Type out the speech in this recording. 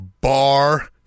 bar